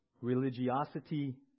religiosity